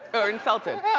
but or insulted.